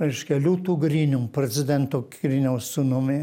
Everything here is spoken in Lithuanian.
reiškia liūtu grinium prezidento griniaus sūnumi